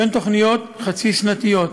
שהן תוכניות חצי-שנתיות.